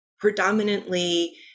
predominantly